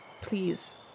please